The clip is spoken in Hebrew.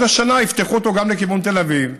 השנה עוד יפתחו אותו גם לכיוון תל אביב,